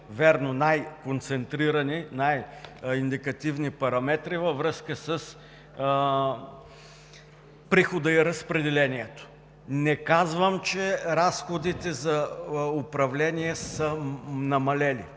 вярно, най-концентрирани и най-индикативни параметри във връзка с прихода и разпределението. Не казвам, че разходите за управление са намалели.